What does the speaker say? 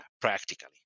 practically